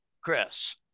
Chris